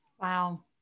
Wow